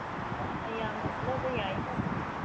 ꯌꯥꯝꯅ ꯂꯧꯕ ꯌꯥꯏꯌꯦꯀꯣ